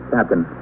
Captain